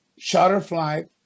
Shutterfly